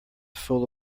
full